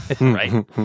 right